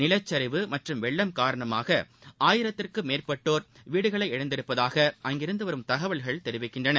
நிலச்சரிவு மற்றும் வெள்ளம் காரணமாகஆயிரத்துக்கும் மேற்பட்டோர் வீடுகளை இழந்துள்ளதாக அங்கிருந்தவரும் தகவல்கள் தெரிவிக்கின்றன